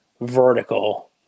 vertical